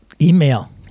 Email